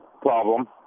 problem